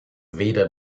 weder